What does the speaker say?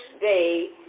day